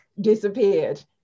disappeared